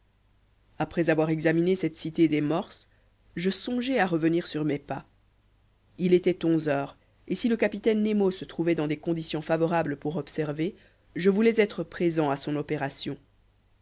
après avoir examiné cette cité des morses je songeai à revenir sur mes pas il était onze heures et si le capitaine nemo se trouvait dans des conditions favorables pour observer je voulais être présent à son opération